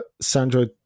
Sandro